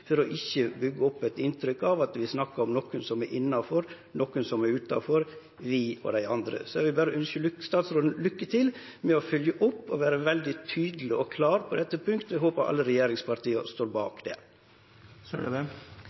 kontinent, for ikkje å byggje opp eit inntrykk av at vi snakkar om nokon som er innanfor, og nokon som er utanfor – «vi» og «dei andre». Så eg vil berre ønskje utanriksminsteren lykke til med å følgje opp og vere veldig tydeleg og klar på dette punktet, og eg håpar at alle regjeringspartia står bak det.